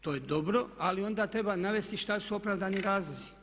To je dobro, ali onda treba navesti što su opravdani razlozi.